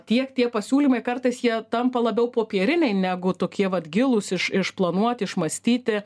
tiek tie pasiūlymai kartais jie tampa labiau popieriniai negu tokie vat gilūs iš išplanuoti išmąstyti